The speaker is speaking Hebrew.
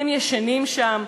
"הם ישנים שם,